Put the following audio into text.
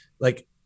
like-